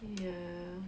yeah